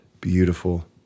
beautiful